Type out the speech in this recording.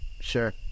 Sure